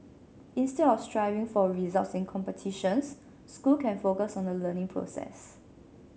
instead of striving for results in competitions school can focus on the learning process